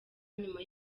nyuma